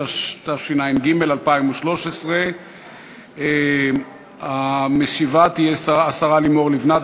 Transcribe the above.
התשע"ג 2013. המשיבה תהיה השרה לימור לבנת,